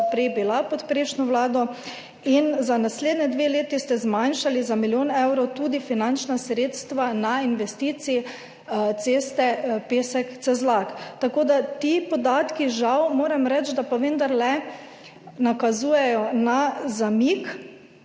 prej bila, pod prejšnjo vlado. In za naslednji dve leti ste zmanjšali za milijon evrov tudi finančna sredstva na investiciji za cesto Pesek–Cezlak. Tako da ti podatki žal, moram reči, vendarle nakazujejo na zamik